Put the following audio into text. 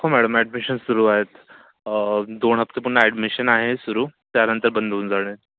हो madam admission सुरू आहेत दोन हप्ते पुन्हा ॲडमिशन आहे सुरू त्यानंतर बंद होऊन जाणार